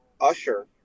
Usher